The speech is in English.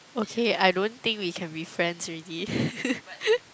okay I don't think we can be friends already